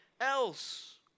else